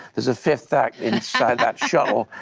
there's a fifth act inside that shuttle.